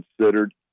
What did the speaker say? considered